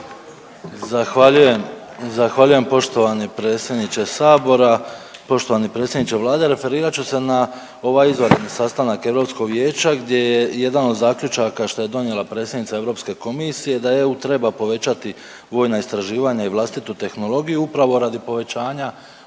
Zahvaljujem poštovani predsjedniče sabora. Poštovani predsjedniče vlade, referirat ću se na ovaj izvanredni sastanak Europskog vijeća gdje je jedan od zaključaka šta je donijela predsjednica Europske komisije da EU treba povećati vojna istraživanja i vlastitu tehnologiju upravo radi povećanja